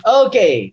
okay